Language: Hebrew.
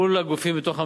מול הגופים בתוך המדינה,